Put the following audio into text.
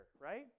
right